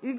Il